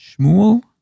Shmuel